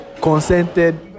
consented